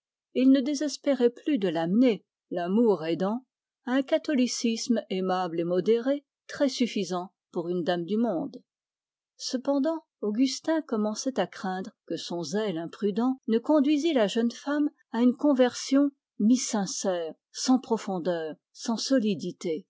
il ne désespérait plus de l'amener l'amour aidant à un catholicisme modéré très suffisant pour une dame du monde cependant augustin commençait à craindre que son zèle imprudent ne conduisît la jeune femme à une conversion mi sincère sans profondeur sans solidité